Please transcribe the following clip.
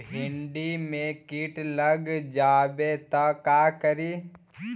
भिन्डी मे किट लग जाबे त का करि?